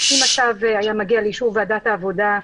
אם הצו היה מגיע לאישור ועדת העבודה,